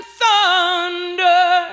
thunder